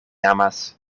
amas